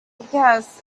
guess